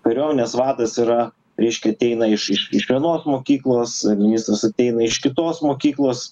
kariuomenės vadas yra reiškia ateina iš iš iš vienos mokyklos ministras ateina iš kitos mokyklos